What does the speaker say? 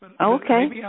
Okay